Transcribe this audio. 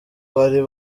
bari